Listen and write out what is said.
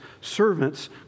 servants